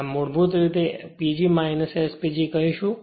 આપણે મૂળભૂત રીતે PG S PG કહીશું